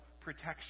protection